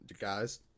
Guys